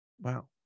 Wow